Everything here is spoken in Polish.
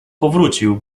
powrócił